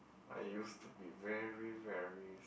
I used to be very very